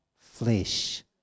flesh